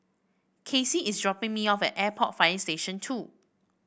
Kacy is dropping me off at Airport Fire Station Two